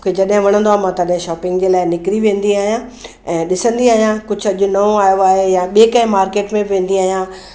मूंखे जॾहिं वणंदो आहियां मां तॾैं शॉपिंग जे लाए निकिरी वेंदी आयां ऐं ॾिसंदी आयां कुछ अॼु नओ आहियो आहे या ॿिए कंहिं मार्किट में वेंदी आहियां